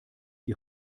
die